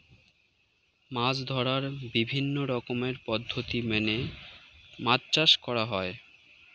মাছ ধরার বিভিন্ন রকমের পদ্ধতি মেনে মাছ চাষ করা হয়